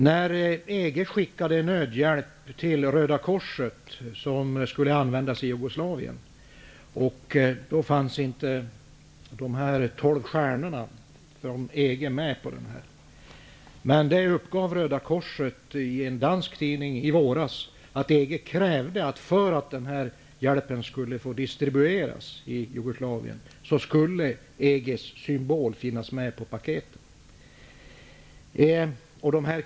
När EG skickade nödhjälp till Röda korset att användas i Jugoslavien fanns inte EG:s symbol med de 12 stjärnorna med på paketen. Röda korset uppgav i en dansk tidning i våras att EG krävde att för att denna hjälp skulle få distribueras i Jugoslavien EG:s symbol måste finnas med på paketen.